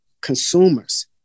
consumers